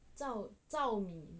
糙糙米